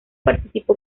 participó